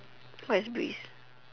what is beast